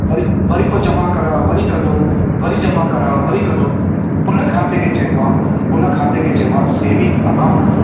वरी वरी पोइ जमा करायो वरी कढो वरी जमा करायो वरी कढो हुन खाते खे चइबो आहे हुन खाते खे चइबो आहे सेविंग अकाउंट